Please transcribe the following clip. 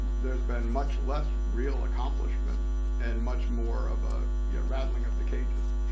there's been much less real accomplishment and much more of ah yeah rattling of the cages.